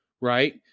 right